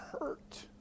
hurt